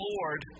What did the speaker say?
Lord